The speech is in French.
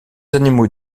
animaux